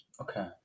Okay